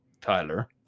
Tyler